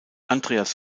andreas